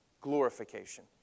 glorification